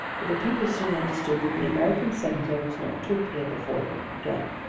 but the people soon understood that the american senator was not to appear before them again.